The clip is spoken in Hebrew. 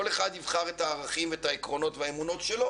כל אחד יבחר את הערכים ואת העקרונות והאמונות שלו